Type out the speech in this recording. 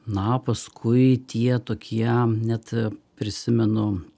na paskui tie tokie net prisimenu